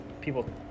people